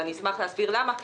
ואני אשמח להסביר למה.